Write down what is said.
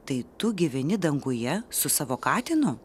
tai tu gyveni danguje su savo katinu